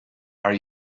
are